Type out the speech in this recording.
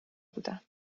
بودم